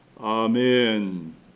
Amen